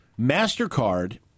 MasterCard